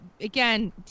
again